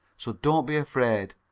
so don't be afraid.